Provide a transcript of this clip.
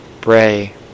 Bray